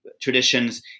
traditions